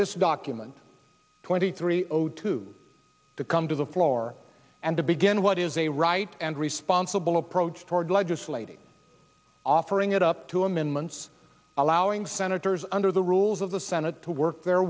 this document twenty three zero two to come to the floor and to begin what is a right and responsible approach toward legislative offering it up to amendments allowing senators under the rules of the senate to work the